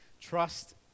Trust